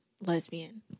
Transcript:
lesbian